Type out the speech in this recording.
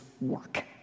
work